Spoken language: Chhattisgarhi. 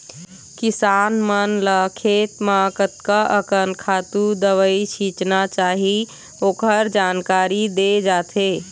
किसान मन ल खेत म कतका अकन खातू, दवई छिचना चाही ओखर जानकारी दे जाथे